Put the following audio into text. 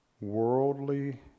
worldly